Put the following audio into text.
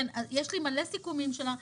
יש לי מלא סיכומים שלה.